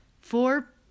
Four